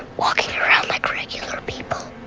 walking around like regular people.